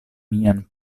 mian